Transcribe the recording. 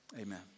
Amen